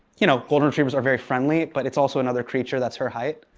you know, golden retrievers are very friendly. but it's also another creature that's her height.